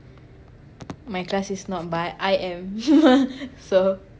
my class is not but I am so